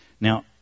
Now